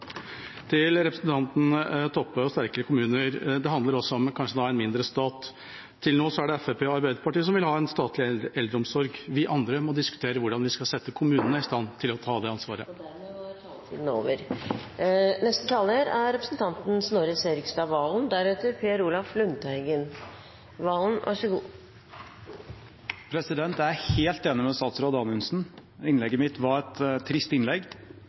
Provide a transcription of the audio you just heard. Til representanten Toppe og det med sterkere kommuner: Det handler kanskje også om å ha en mindre stat. Til nå er det Fremskrittspartiet og Arbeiderpartiet som vil ha en statlig eldreomsorg. Vi andre må diskutere hvordan vi skal sette kommunene i stand til å ta det ansvaret. Jeg er helt enig med statsråd Anundsen i at innlegget mitt var et trist innlegg.